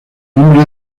nombre